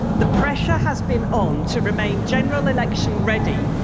the pressure has been on to remain general election ready,